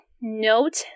Note